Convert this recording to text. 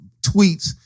tweets